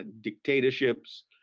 dictatorships